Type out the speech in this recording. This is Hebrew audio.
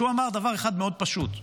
והוא אמר דבר אחד מאוד פשוט: